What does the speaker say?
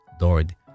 Lord